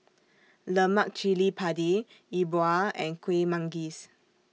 Lemak Cili Padi E Bua and Kuih Manggis